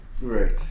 Right